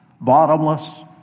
bottomless